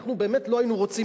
באמת לא היינו רוצים,